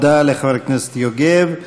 תודה לחבר הכנסת יוגב.